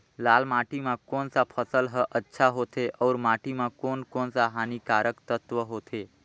लाल माटी मां कोन सा फसल ह अच्छा होथे अउर माटी म कोन कोन स हानिकारक तत्व होथे?